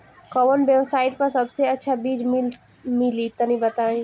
कवन वेबसाइट पर सबसे अच्छा बीज मिली तनि बताई?